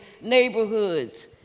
neighborhoods